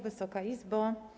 Wysoka Izbo!